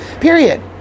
Period